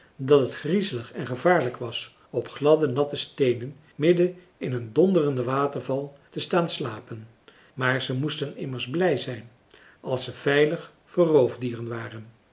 dat het griezelig en gevaarlijk was op gladde natte steenen midden in een donderenden waterval te staan slapen maar ze moesten immers blij zijn als ze veilig voor roofdieren waren